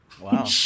Wow